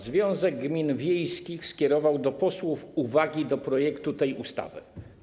Związek Gmin Wiejskich skierował do posłów uwagi do projektu tej ustawy.